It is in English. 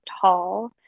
tall